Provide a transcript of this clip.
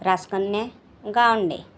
Raskanne Gawande